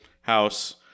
house